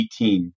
18